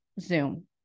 Zoom